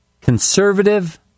Conservative